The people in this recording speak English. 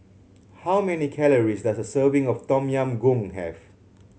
how many calories does a serving of Tom Yam Goong have